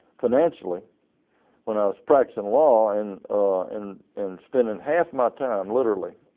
financially when i was practicing law and and and spending half my time literally.